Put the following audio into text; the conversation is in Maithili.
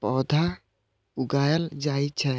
पौधा उगायल जाइ छै